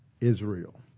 Israel